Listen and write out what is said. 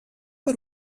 per